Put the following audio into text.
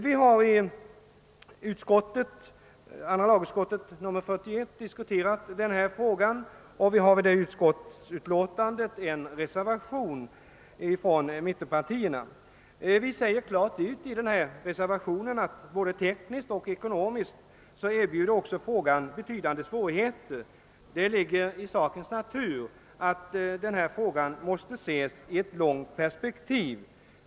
Vi har diskuterat dessa frågor i andra lagutskottet, och till utskottets utlåtande nr 41 har vi från mittenpartierna fogat en reservation, i vilken vi klart säger ut att frågorna både tekniskt och ekonomiskt erbjuder stora svårigheter. Det ligger också i sakens natur att en fråga som denna måste ses i långt perspektiv.